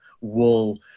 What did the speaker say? wool